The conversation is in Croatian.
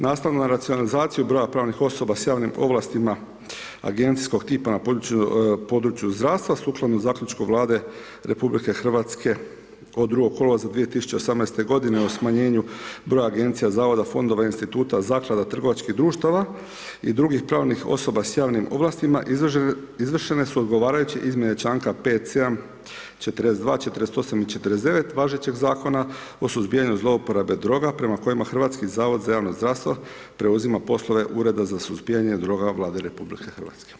Nastavno na racionalizaciju broja pravnih osoba s javnim ovlastima, agencijskog tipa na području zdravstva, sukladno zaključku Vlade RH, od 2. kolovoza 2018. godine o smanjenju broja agencija, zavoda, fondova, instituta, zaklada trgovačkih društava i drugih pravnih osoba s javnim ovlastima, izvršene su odgovarajuće izmjene 5., 7., 42., 48. i 49. važećeg Zakona o suzbijanju zlouporabe droga, prema kojem hrvatski Zavod za javno zdravstvo, preuzima poslove Ureda za suzbijanje droga Vlade RH.